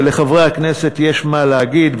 ולחברי הכנסת יש מה להגיד,